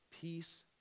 Peace